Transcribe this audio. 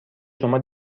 شما